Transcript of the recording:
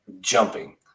jumping